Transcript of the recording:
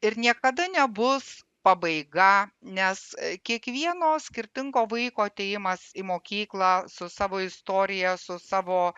ir niekada nebus pabaiga nes kiekvieno skirtingo vaiko atėjimas į mokyklą su savo istorija su savo